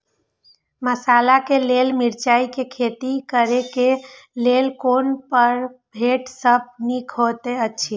मसाला के लेल मिरचाई के खेती करे क लेल कोन परभेद सब निक होयत अछि?